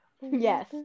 Yes